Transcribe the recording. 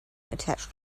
attached